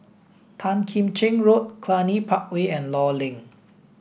Tan Kim Cheng Road Cluny Park Way and Law Link